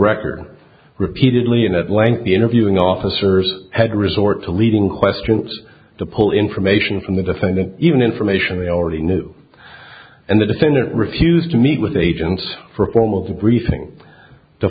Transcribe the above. record repeatedly and at length the interviewing officers had to resort to leading questions to pull information from the defendant even information they already knew and the defendant refused to meet with agents for a formal briefing t